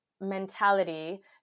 mentality